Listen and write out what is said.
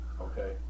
Okay